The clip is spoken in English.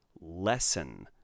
lesson